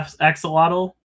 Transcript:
axolotl